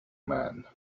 man